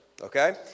okay